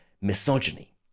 misogyny